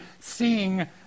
seeing